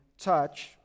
Touch